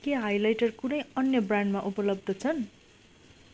के हाइलाइटर कुनै अन्य ब्रान्डमा उपलब्ध छन्